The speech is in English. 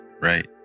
Right